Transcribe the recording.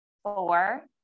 Four